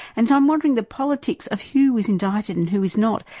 and so i'm wondering the politics of who was indicted and who was not.